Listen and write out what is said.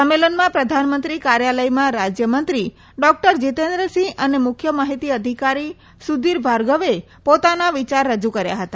સંમેલનમાં પ્રધાનમંત્રી કાર્યાલયમાં રાજ્યમંત્રી ડોક્ટર જિતેન્દ્રસિંહ અને મુખ્ય માહિતી અધિકારી સુધીર ભાર્ગવે પોતાના વિચાર રજૂ કર્યા હતા